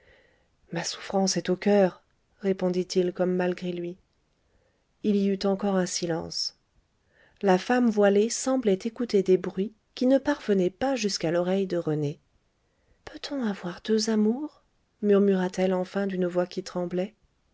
ma souffrance est au coeur répondit-il comme malgré lui il y eut encore un silence la femme voilée semblait écouter des bruits qui ne parvenaient pas jusqu'à l'oreille de rené peut-on avoir deux amours murmura-t-elle enfin d'une voix qui tremblait